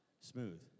smooth